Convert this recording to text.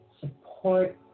support